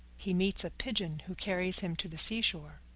he meets a pigeon, who carries him to the seashore.